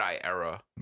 era